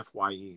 fye